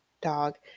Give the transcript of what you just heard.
dog